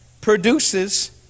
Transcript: produces